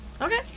Okay